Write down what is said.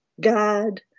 God